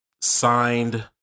signed